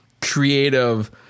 creative